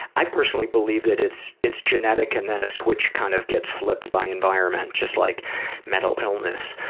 i personally believe that it's it's genetic and then a switch kind of gets flipped by environment, just like mental illness.